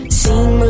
seem